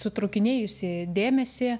sutrūkinėjusį dėmesį